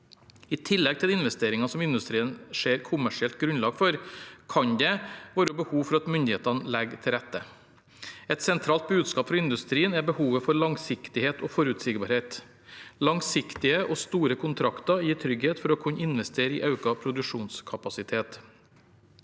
I tillegg til de investeringene som industrien ser kommersielt grunnlag for, kan det være behov for at myndighetene legger til rette. Et sentralt budskap fra industrien er behovet for langsiktighet og forutsigbarhet. Langsiktige og store kontrakter gir trygghet for å kunne investere i økt produksjonskapasitet.